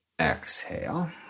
Exhale